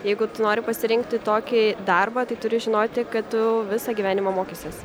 jeigu tu nori pasirinkti tokį darbą tai turi žinoti kad tu visą gyvenimą mokysies